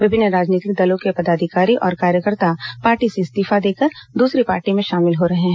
विभिन्न राजनीतिक दलों के पदाधिकारी और कार्यकर्ता पार्टी से इस्तीफा देकर दूसरी पार्टी में शामिल हो रहे हैं